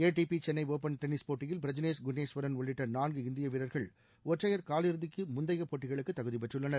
ATP Chennai ஒப்பள் போட்டியில் பிராஜ்னேஸ் குன்னேஸ்வரன் உள்ளிட்ட நான்கு இந்திய வீரர்கள் ஒற்றையர் காலிறுதிக்கு முந்தைய போட்டிகளுக்கு தகுதி பெற்றுள்ளனர்